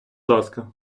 ласка